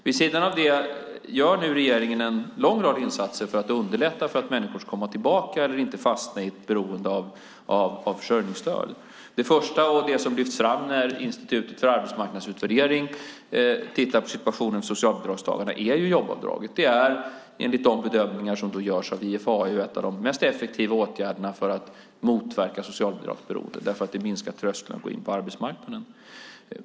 Vid sidan av det gör nu regeringen en lång rad insatser för att underlätta för människor att komma tillbaka och inte fastna i ett beroende av försörjningsstöd. Det första och det som lyfts fram när Institutet för arbetsmarknadsutvärdering tittar på situationen för socialbidragstagarna är jobbskatteavdraget. Det är enligt de bedömningar som görs av IFAU en av de mest effektiva åtgärderna för att motverka socialbidragsberoende eftersom det sänker trösklarna in på arbetsmarknaden.